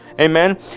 amen